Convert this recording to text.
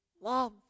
love